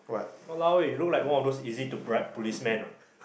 !walao! eh you look like one of those easy to bribe policeman ah